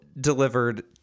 delivered